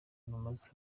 rumaze